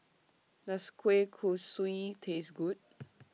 Does Kueh Kosui Taste Good